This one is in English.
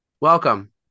Welcome